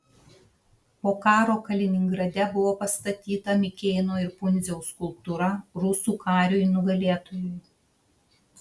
po karo kaliningrade buvo pastatyta mikėno ir pundziaus skulptūra rusų kariui nugalėtojui